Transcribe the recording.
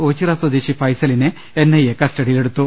ഓച്ചിറ സ്വദേശി ഫൈസലിനെ N I A കസ്റ്റഡിയിൽ എടുത്തു